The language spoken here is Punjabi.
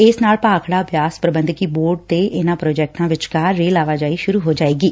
ਇਸ ਨਾਲ ਭਾਖੜਾ ਬਿਆਸ ਪ੍ਰਬੰਧਕੀ ਬੋਰਡ ਦੇ ਇਨਾਂ ਪ੍ਰੋਜੈਕਟਾਂ ਵਿਚਕਾਰ ਰੇਲ ਆਵਾਜਾਈ ਸੁਰੁ ਹੋ ਜਾਵੇਗੀ